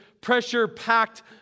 pressure-packed